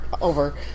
over